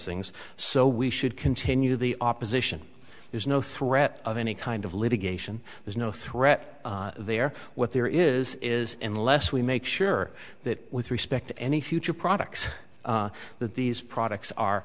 things so we should continue the opposition there's no threat of any kind of litigation there's no threat there what there is is unless we make sure that with respect to any future products that these products are